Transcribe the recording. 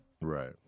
right